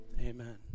amen